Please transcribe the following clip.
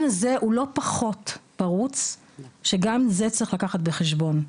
הזה הוא לא פחות פרוץ שגם זה צריך לקחת בחשבון.